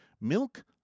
Milk